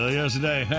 yesterday